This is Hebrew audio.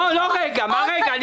מה "רגע"?